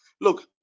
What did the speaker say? Look